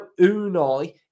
Unai